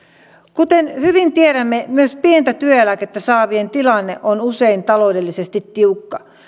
kuten hyvin tiedämme myös pientä työeläkettä saavien tilanne on usein taloudellisesti tiukka